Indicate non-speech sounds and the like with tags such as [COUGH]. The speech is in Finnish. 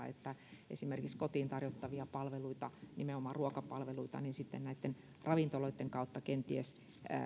[UNINTELLIGIBLE] että esimerkiksi kotiin tarjottavia palveluita nimenomaan ruokapalveluita näitten ravintoloitten kautta kunnat kenties